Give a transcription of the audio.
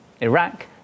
Iraq